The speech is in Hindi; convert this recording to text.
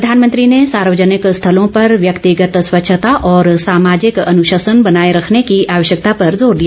प्रधानमंत्री ने सार्वजनिक स्थलों पर व्यक्तिगत स्वच्छता और सामाजिक अनुशासन बनाए रखने की आवश्यकता पर जोर दिया